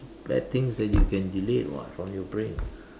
bad things that you can delete [what] from your brain